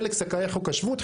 חלק זכאי חוק השבות,